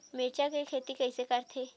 मिरचा के खेती कइसे करथे?